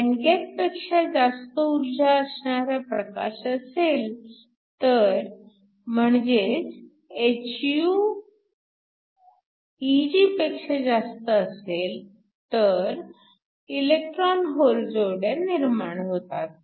band गॅपपेक्षा जास्त ऊर्जा असणारा प्रकाश असेल तर म्हणजेच hυ Eg असेल तर इलेक्ट्रॉन होल जोड्या निर्माण होतात